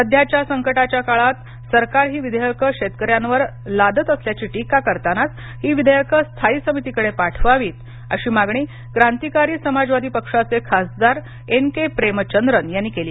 सध्याच्या संकटाच्या काळात सरकार ही विधेयके शेतकऱ्यांवर लादत असल्याची टीका करतानाच ही विधेयके स्थायी समितीकडं पाठवावीत अशी मागणी क्रांतिकारी समाजवादी पक्षाचे खासदार एन के प्रेमचंद्रन यांनी केली